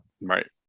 right